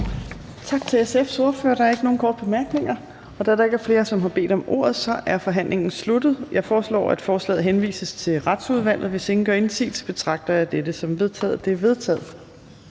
Tak til SF's ordfører. Der er ikke nogen korte bemærkninger. Da der ikke er flere, som har bedt om ordet, er forhandlingen sluttet. Jeg foreslår, at forslaget henvises til Retsudvalget. Hvis ingen gør indsigelse, betragter jeg dette som vedtaget. Det er vedtaget.